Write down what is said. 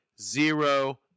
zero